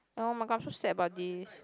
oh-my-gosh so sad about this